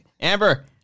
Amber